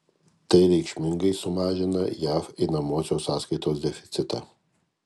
tai reikšmingai sumažina jav einamosios sąskaitos deficitą